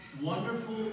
Wonderful